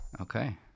Okay